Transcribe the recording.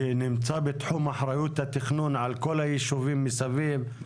שאחריות התכנון בכל היישובים מסביב היא שלו.